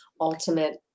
ultimate